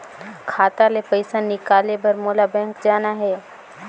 खाता ले पइसा निकाले बर मोला बैंक जाना हे?